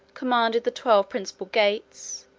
commanded the twelve principal gates,